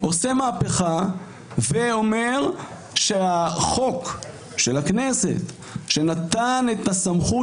עושה מהפכה ואומר שהחוק של הכנסת שנתן את הסמכות